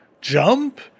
jump